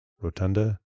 Rotunda